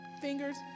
fingers